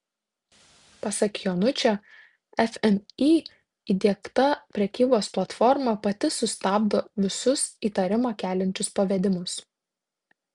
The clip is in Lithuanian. pasak jonučio fmį įdiegta prekybos platforma pati sustabdo visus įtarimą keliančius pavedimus